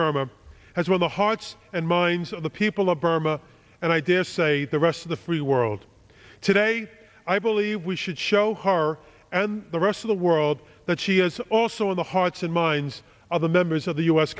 burma has won the hearts and minds of the people of burma and i dare say the rest of the free world today i believe we should show har and the rest of the world that she has also in the hearts and minds of the members of the u